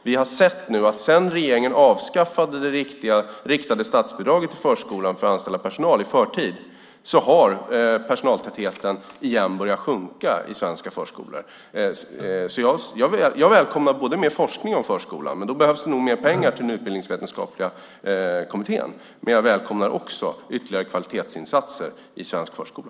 Vi har ju sett, sedan regeringen i förtid avskaffade det riktade statsbidraget till förskolan för att anställa personal, hur personaltätheten har börjat sjunka igen i svenska förskolor. Jag välkomnar alltså mer forskning om förskolan - dock behövs då nog mer pengar till den utbildningsvetenskapliga kommittén. Men jag välkomnar också ytterligare kvalitetsinsatser i svensk förskola.